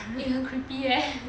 eh 很 creepy eh